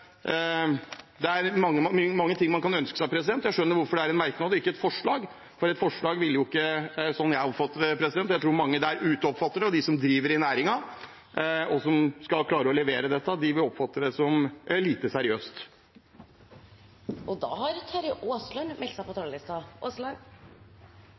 hvorfor det er en merknad og ikke et forslag, for sånn jeg oppfatter det, og jeg tror mange der ute oppfatter det – også de som driver i næringen, og som skal klare å levere på dette – er det lite seriøst. Det er kanskje greit å minne Hoksrud om at han har